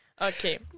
Okay